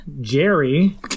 Jerry